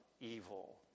evil